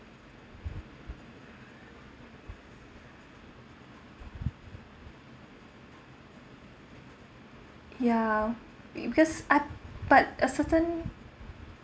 ya it because uh but a certain